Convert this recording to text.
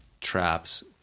traps